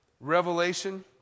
revelation